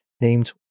named